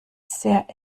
sehr